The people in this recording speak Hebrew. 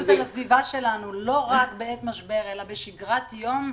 הסביבה שלנו, לא רק בעת משבר אלא בשגרת יום,